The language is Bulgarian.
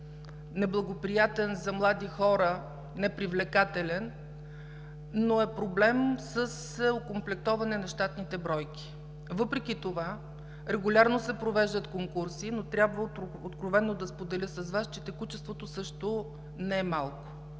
неблагоприятен за млади хора, непривлекателен, но е проблем с окомплектоване на щатните бройки. Въпреки това регулярно се провеждат конкурси. Но трябва откровено да споделя с Вас, че текучеството също не е малко.